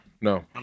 No